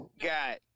got